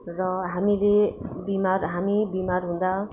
र हामीले बिमार हामी बिमार हुँदा